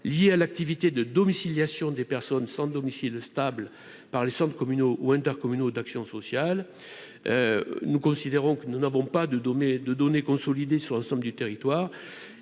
liées à l'activité de domiciliation des personnes sans domicile stable par les Centres communaux ou intercommunaux d'action sociale, nous considérons que nous n'avons pas de données de données consolidées sur l'ensemble du territoire